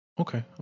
Okay